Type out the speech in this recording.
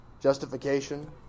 justification